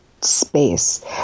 space